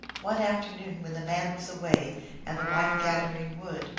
one afternoon, when the man was away and the wife gathering wood,